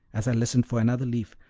as i listened for another leaf,